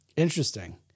Interesting